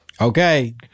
Okay